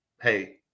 Hey